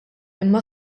imma